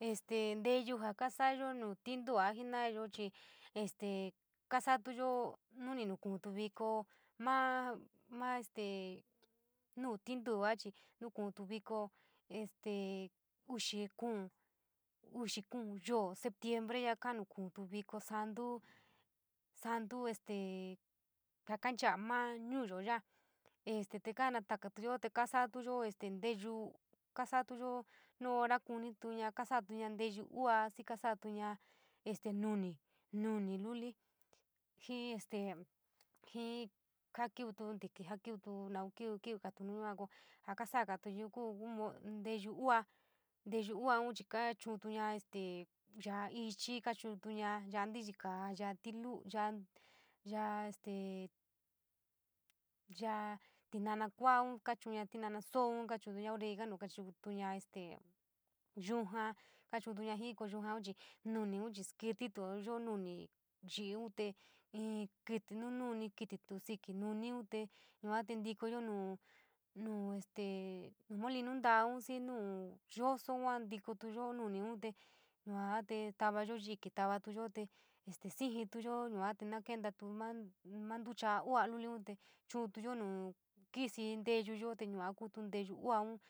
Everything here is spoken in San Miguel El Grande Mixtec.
Este nteyuu jaa kasayo nuu tintua jena’ayo chii este kasatuyo nu ni nuku’u viko maa, maa este nuu tintua chii nuku’untu viko este uxi kuun yoo septiembre ya’akaa nu ku’un viko santu, santu este jaa kanchaa maa ñuuyo yaa te konatakayo te kaa sa. atuyo te nteyuu kasa’atuyo, nuu hora aunituña kasatuña nteyu uua xii kasa’atuña noni, noni luli jii este jii jaa kiutu ntíkí jaa kiutu naun kíu, kiuvítu nuu yaa ko jaa kasatuyo kuu inn nteyuu u’vaa, nteyu u’uan kachu’utuña ya’a ichi, kochuntuña ya’a ntikaa, ya’a tilu, ya’a ya’an este ya’a tinana kua’aun, kaa chu’una tinana soon, kaachu’uña oregano, kaa chu’uña este yujaa, kachu’untuña jii koo este noniun chii skitiyo nuni yi’iunte inkítí, nununi kiti síkí nuniun te yua te ntiko nuu, nuu este molino nto’aun xii nuu yoso yua tikoto nuniu te yua te teavuayo yíkí tavayote este sii’jituyo yua te kentatu maa ntucha u’ua liliun te chu’untuyo nuu kisi nteyuyo te yua kutu nteyuu u’ua.